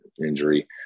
injury